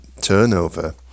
turnover